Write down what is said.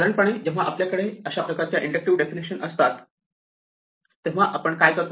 साधारणपणे जेव्हा आपल्याकडे अशा प्रकारच्या इंडक्टिव्ह डेफिनेशन असतात तेव्हा आपण काय करतो